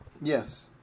yes